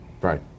Right